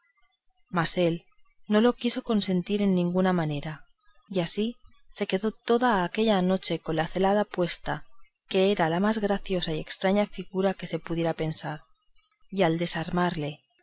mas él no lo quiso consentir en ninguna manera y así se quedó toda aquella noche con la celada puesta que era la más graciosa y estraña figura que se pudiera pensar y al desarmarle